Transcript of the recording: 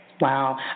Wow